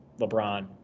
LeBron